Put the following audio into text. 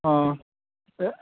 अ ए